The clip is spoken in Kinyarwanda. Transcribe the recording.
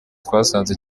twasanze